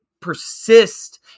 persist